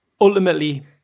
ultimately